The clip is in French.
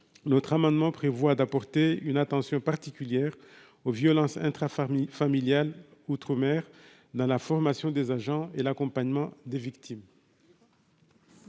notre amendement prévoit d'apporter une attention particulière aux violences intra-famille familial outre-mer dans la formation des agents et l'accompagnement des victimes.